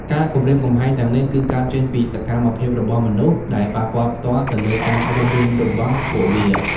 ការគំរាមកំហែងទាំងនេះ គឺកើតចេញពីសកម្មភាពរបស់មនុស្ស ដែលប៉ះពាល់ផ្ទាល់ទៅលើការរស់រានរបស់ពួកវា។